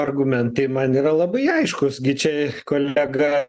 argumentai man yra labai aiškūs gi čia kolega